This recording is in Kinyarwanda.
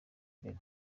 mbere